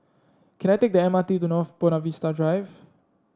can I take the M R T to North Buona Vista Drive